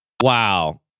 Wow